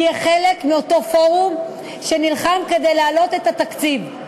תהיה חלק מאותו פורום שנלחם כדי להעלות את התקציב.